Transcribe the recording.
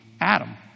Adam